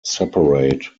separate